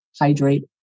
hydrate